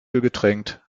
ölgetränkt